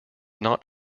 not